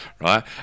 right